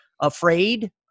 afraid